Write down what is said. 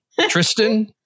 Tristan